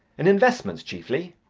in investments, chiefly.